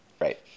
Right